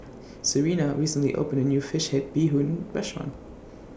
Serina recently opened A New Fish Head Bee Hoon Restaurant